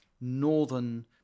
northern